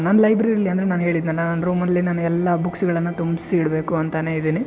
ನಾನು ಲೈಬ್ರೆರಿಲಿ ಅಂದರೆ ನಾನು ಹೇಳಿದ್ನಲ್ಲ ನನ್ನ ರೂಮಲ್ಲಿ ನನ್ನ ಎಲ್ಲ ಬುಕ್ಸ್ಗಳನ್ನು ತುಂಬಿಸಿ ಇಡಬೇಕು ಅಂತಾನೆ ಇದೀನಿ